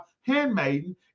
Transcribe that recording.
handmaiden